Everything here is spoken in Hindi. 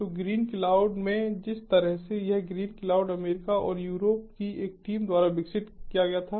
तो ग्रीनक्लाउड में जिस तरह से यह ग्रीनक्लाउड अमेरिका और यूरोप की एक टीम द्वारा विकसित किया गया था